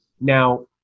Now